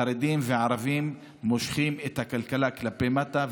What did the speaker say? חרדים וערבים, מושכים את הכלכלה כלפי מטה.